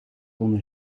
onder